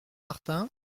martin